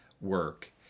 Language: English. work